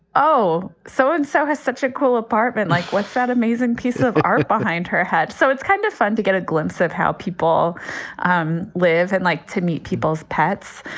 oh, so-and-so so and so has such a cool apartment. like, what's that amazing piece of art behind her head? so it's kind of fun to get a glimpse of how people um live and like to meet people's pets.